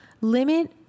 limit